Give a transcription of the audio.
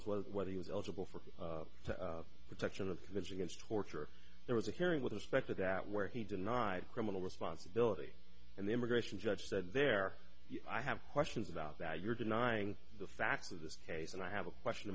as was what he was eligible for protection of coverage against torture there was a hearing with respect to that where he denied criminal responsibility and the immigration judge said there i have questions about that you're denying the facts of this case and i have a question